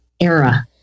era